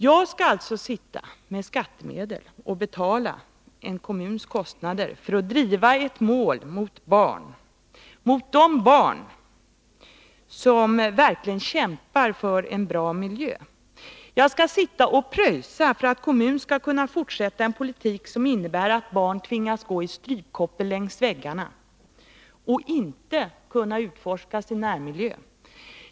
Jag skall alltså med skattemedel betala en kommuns kostnader för att driva ett mål mot de barn som verkligen kämpar för en bra miljö. Jag skall pröjsa för att kommunen skall kunna fortsätta en politik som innebär att barn tvingas gå i strypkoppel längs väggarna och inte kunna utforska sin närmiljö.